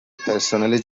پرسنل